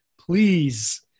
please